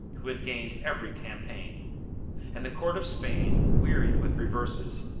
who had gained every campaign and the court of spain, wearied with reverses,